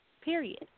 Period